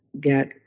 get